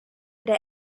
der